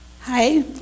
Hi